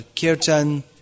kirtan